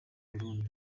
burundi